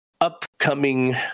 upcoming